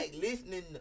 listening